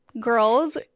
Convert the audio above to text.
Girls